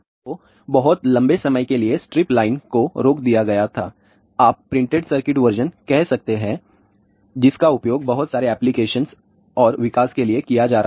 तो बहुत लंबे समय के लिए स्ट्रिपलाइन को रोक दिया गया था आप प्रिंटेड सर्किट वर्जन कह सकते हैं जिसका उपयोग बहुत सारे एप्लीकेशंस और विकास के लिए किया जा रहा था